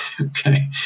Okay